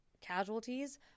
casualties